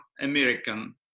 American